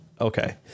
Okay